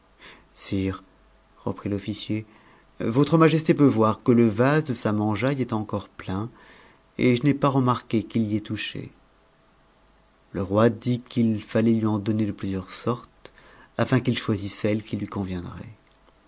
sire reprit i'ofucier votre majesté peut voir que le vase de sa mangeaille est encore plein et je n'ai pas remarqué qu'il y ait touché a le roi dit qu'il mtmt lui en donner de plusieurs sortes afin qu'il choisit celle qui lui conviendrait